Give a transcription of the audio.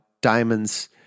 diamonds